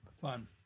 fun